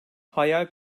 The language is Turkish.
hayal